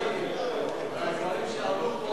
בנושאים ששר הביטחון,